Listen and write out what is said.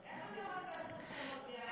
איך אתה יכול לעשות השמות בלי המשרד?